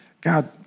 God